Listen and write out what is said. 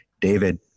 David